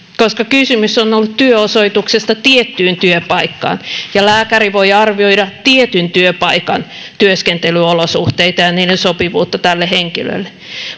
koska kysymys on ollut työosoituksesta tiettyyn työpaikkaan ja lääkäri voi arvioida tietyn työpaikan työskentelyolosuhteita ja niiden sopivuutta tälle henkilölle